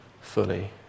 fully